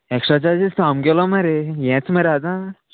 extra charges तूं आमगेलो मरे हेंच मरे आतां